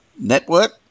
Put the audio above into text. network